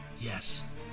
Yes